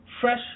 Fresh